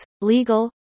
legal